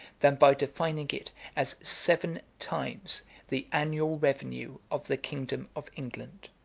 than by defining it as seven times the annual revenue of the kingdom of england.